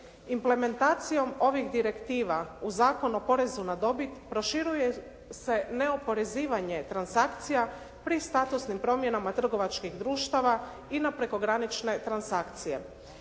Implementacijom ovih direktiva u Zakonu o porezu na dobit, proširuje se oporezivanje transakcija pri statusnim promjenama trgovačkih društava i na prekogranične transakcije.